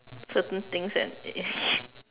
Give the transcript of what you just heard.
certain things and it